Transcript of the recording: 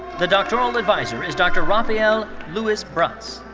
the doctoral adviser is dr. rafeal louis bras.